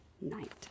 night